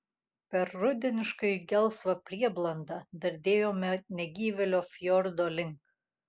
per rudeniškai gelsvą prieblandą dardėjome negyvėlio fjordo link